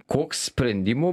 koks sprendimų